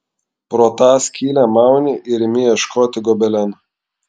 pro tą skylę mauni ir imi ieškoti gobeleno